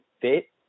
fit